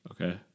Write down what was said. Okay